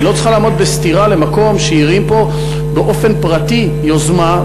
היא לא צריכה לעמוד בסתירה למקום שהרים פה באופן פרטי יוזמה.